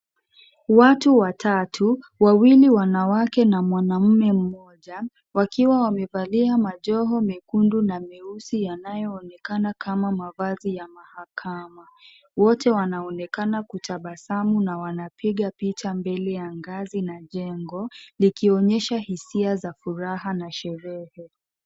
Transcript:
Watu watatu, wawili wanawake na mwanamume mmoja wakiwa wamevalia majoho mekundu na meusi yanayoonekana kama mavazi ya mahakama. Wote wanaonekana kutabasamu na wanapiga picha mbele ya ngazi na jengo likionyesha hisia za furaha na sherehe.